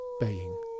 baying